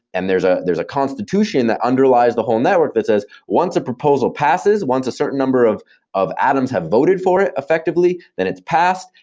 and there's ah there's a constitution that underlies the whole network that says, once a proposal passes, once a certain number of of atoms have voted for it effectively, then it's passed,